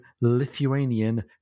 Lithuanian